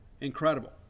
Incredible